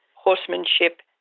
horsemanship